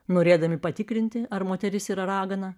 norėdami patikrinti ar moteris yra ragana